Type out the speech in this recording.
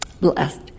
blessed